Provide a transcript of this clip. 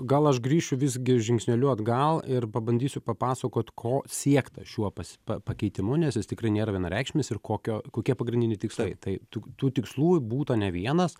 gal aš grįšiu visgi žingsneliu atgal ir pabandysiu papasakot ko siekta šiuo pas pa pakeitimu nes jis tikrai nėra vienareikšmis ir kokio kokie pagrindiniai tikslai tai tuk tų tikslų būtų ne vienas